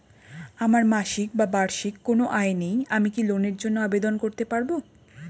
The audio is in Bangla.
আমার মাসিক বা বার্ষিক কোন আয় নেই আমি কি লোনের জন্য আবেদন করতে পারব?